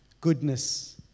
goodness